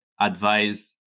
advise